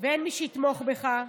ואין מי שיתמוך בך,